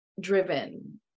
driven